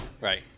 Right